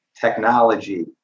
technology